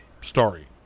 story